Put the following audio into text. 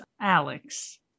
Alex